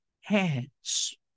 hands